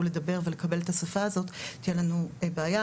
לדבר ולקבל את השפה הזאת תהיה לנו בעיה,